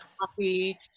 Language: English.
coffee